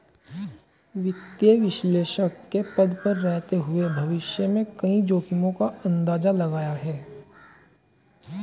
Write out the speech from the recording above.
वित्तीय विश्लेषक के पद पर रहते हुए भविष्य में कई जोखिमो का अंदाज़ा लगाया है